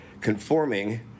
conforming